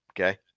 okay